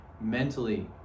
Mentally